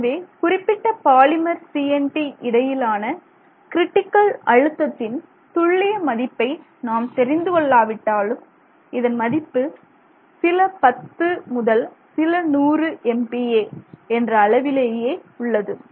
எனவே குறிப்பிட்ட polymer CNT இடையிலான கிரிட்டிக்கல் அழுத்தத்தின் துல்லிய மதிப்பை நாம் தெரிந்து கொள்ளாவிட்டாலும் இதன் மதிப்பு சில 10 முதல் சில நூறு MPa என்ற அளவிலேயே உள்ளது